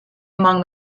among